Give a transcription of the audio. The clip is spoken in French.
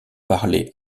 parlée